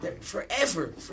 Forever